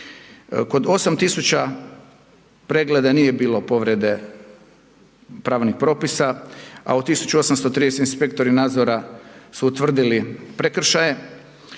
Kod 8000 pregleda nije bilo povrede pravnih propisa, a u 1830 inspektori nadzora su utvrdili prekršaje,